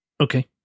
okay